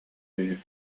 үһү